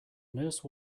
nurse